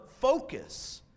focus